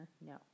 no